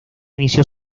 inició